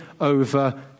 over